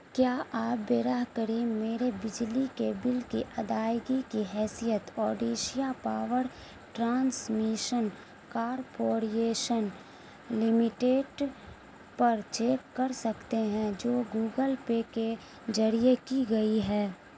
کیا آپ براہ کریم میرے بجلی کے بل کی ادائیگی کی حیثیت Odisha Power Transmission Corporation Limited پر چیک کر سکتے ہیں جو گوگل پے کے ذریعے کی گئی ہے